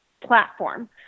platform